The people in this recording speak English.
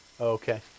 Okay